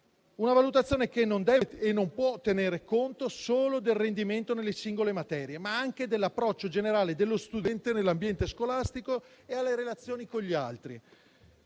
Una valutazione che non deve e non può tenere conto solo del rendimento nelle singole materie, ma anche dell'approccio generale dello studente nell'ambiente scolastico e nelle relazioni con gli altri.